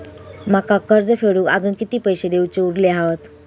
माका कर्ज फेडूक आजुन किती पैशे देऊचे उरले हत?